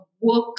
work